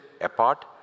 apart